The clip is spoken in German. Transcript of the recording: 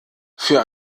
für